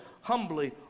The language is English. humbly